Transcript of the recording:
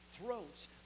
throats